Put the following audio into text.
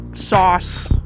sauce